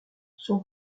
son